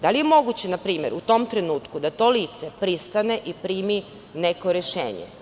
Da li je moguće, na primer, u tom trenutku da to lice pristane i primi neko rešenje?